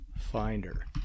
finder